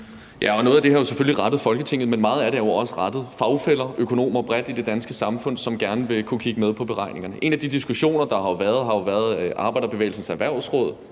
Ja, og noget af det er jo selvfølgelig rettet mod Folketinget, men meget af det er også rettet mod fagfæller, økonomer, bredt i det danske samfund, som gerne vil kunne kigge med på beregningerne. En af de diskussioner, der har været, var jo Arbejderbevægelsens Erhvervsråd,